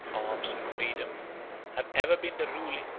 arms and freedom have ever been the ruling,